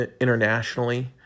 internationally